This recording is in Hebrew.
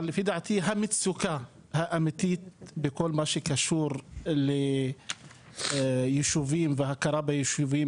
אבל לפי דעתי המצוקה האמיתית בכל מה שקשור ליישובים והכרה ביישובים,